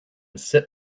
sit